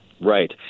Right